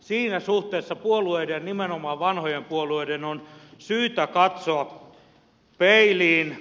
siinä suhteessa puolueiden nimenomaan vanhojen puolueiden on syytä katsoa peiliin